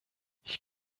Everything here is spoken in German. ich